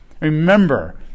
Remember